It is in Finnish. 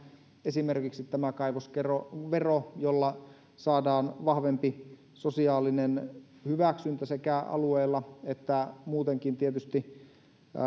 esimerkiksi tämä kaivosvero jolla saadaan vahvempi sosiaalinen hyväksyntä sekä alueella että tietysti muutenkin